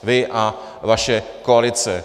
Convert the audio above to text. Vy a vaše koalice.